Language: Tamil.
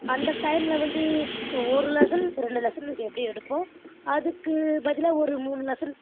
அந்த டைம்மில் வந்து இப்போ ஒரு லசன் ரெண்டு லசன் எப்படியும் எடுப்போம் அதுக்கு பதிலாக ஒரு மூண் லசன்